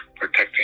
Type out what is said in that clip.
protecting